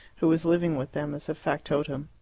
who was living with them as factotum.